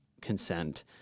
consent